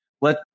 let